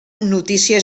notícies